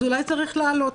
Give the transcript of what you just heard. אז אולי צריך להעלות.